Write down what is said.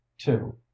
two